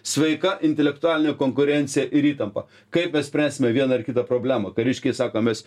sveika intelektualinė konkurencija ir įtampa kaip mes spręsime vieną ar kitą problemą kariškiai sako mes